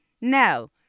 No